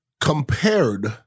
compared